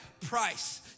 price